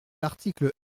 l’article